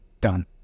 done